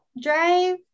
drive